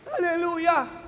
hallelujah